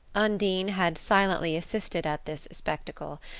undine had silently assisted at this spectacle,